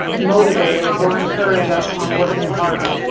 motivated or encourage us on working harder.